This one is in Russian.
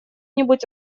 нибудь